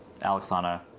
Alexana